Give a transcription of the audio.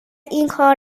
اینکار